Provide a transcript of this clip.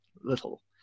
little